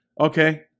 Okay